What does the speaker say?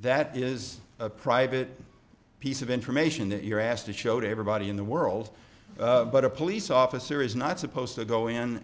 that is a private piece of information that you're asked to show to everybody in the world but a police officer is not supposed to go in